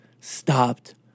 stopped